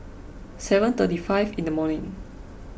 seven thirty five in the morning